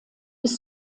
bis